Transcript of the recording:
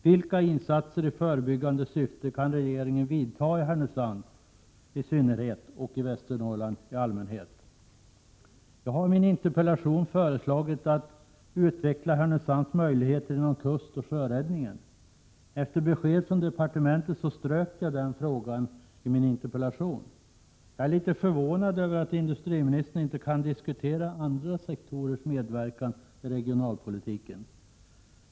Vilka insatser i förebyggande syfte kan regeringen göra i Härnösand i synnerhet och i Västernorrland i allmänhet? Jag har i min interpellation föreslagit att Härnösands möjligheter inom kustoch sjöräddning skall utvecklas. Efter besked från departementet strök jag den frågan i min interpellation. Jag är litet förvånad över att industriministern inte kan diskutera andra sektorers medverkan i regionalpolitiken.